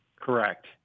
Correct